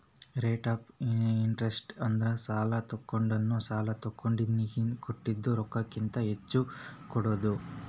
rate of interest ಅಂದ್ರ ಸಾಲಾ ತೊಗೊಂಡೋನು ಸಾಲಾ ಕೊಟ್ಟೋನಿಗಿ ಕೊಟ್ಟಿದ್ ರೊಕ್ಕಕ್ಕಿಂತ ಹೆಚ್ಚಿಗಿ ಕೊಡೋದ್